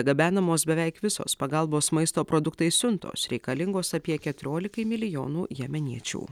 gabenamos beveik visos pagalbos maisto produktais siuntos reikalingos apie keturiolikai milijonų jemeniečių